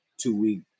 two-week